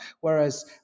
Whereas